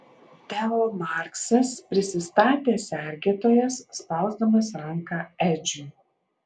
teo marksas prisistatė sergėtojas spausdamas ranką edžiui